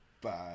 Bye